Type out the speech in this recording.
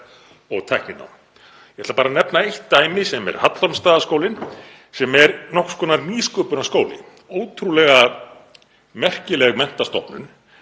og tækninám? Ég ætla bara að nefna eitt dæmi sem er Hallormsstaðaskóli, sem er nokkurs konar nýsköpunarskóli, ótrúlega merkileg menntastofnun